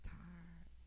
tired